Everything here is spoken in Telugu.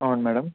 అవును మేడం